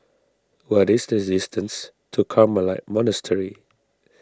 what is the distance to Carmelite Monastery